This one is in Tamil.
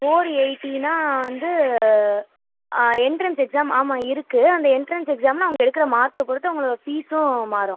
ஃபோர் எயிட்டினா வந்து ஆ எண்ட்ரென்ஸ் எக்ஸாம் ஆமாம் இருக்குது அந்த எண்ட்ரென்ஸ் எக்ஸாமில் அவங்க எடுக்கிற மார்க்கை பொறுத்து அவங்களோட ஃபீஸும் மாறும்